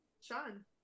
Sean